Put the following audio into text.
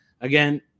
again